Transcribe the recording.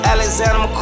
Alexander